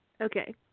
Okay